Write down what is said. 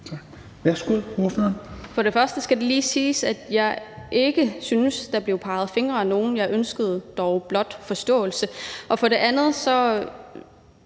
Høegh-Dam (SIU): For det første skal det lige siges, at jeg ikke synes, der blev peget fingre ad nogen. Jeg ønskede dog blot forståelse. For det andet vil